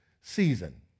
season